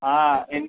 ఏం